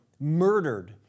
murdered